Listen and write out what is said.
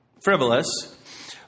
frivolous